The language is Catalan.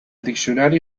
diccionari